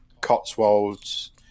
Cotswolds